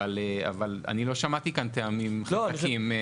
אבל אני לא שמעתי כאן טעמים חזקים.